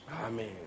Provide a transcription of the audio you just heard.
Amen